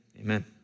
Amen